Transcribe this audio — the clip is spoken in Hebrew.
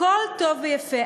הכול טוב ויפה,